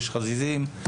יש חזיזים.